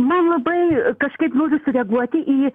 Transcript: man labai kažkaip noriu sureaguoti į